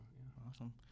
Awesome